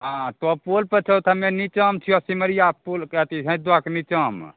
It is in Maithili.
हँ तों पुल पर छहो तऽ हमे नींचामे छीहऽ सिमरिया पुलके अथि हैदोके नींचामे